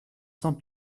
sans